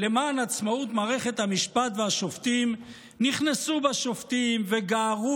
למען עצמאות מערכת המשפט והשופטים נכנסו בשופטים וגערו